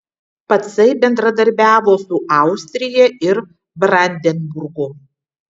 pacai bendradarbiavo su austrija ir brandenburgu